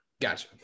Gotcha